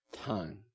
time